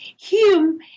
Hume